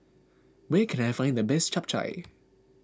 where can I find the best Chap Chai